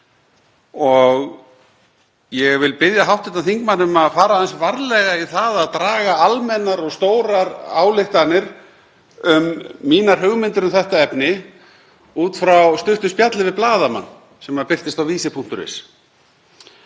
Ég vil biðja hv. þingmann um að fara aðeins varlega í það að draga almennar og stórar ályktanir um mínar hugmyndir um þetta efni út frá stuttu spjalli við blaðamann sem birtist á vísi.is.